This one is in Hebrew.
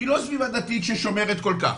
היא לא סביבה דתית ששומרת כל כך,